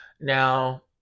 Now